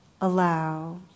allow